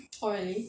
oh really